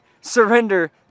surrender